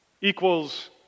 equals